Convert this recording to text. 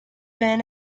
been